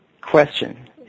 question